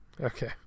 Okay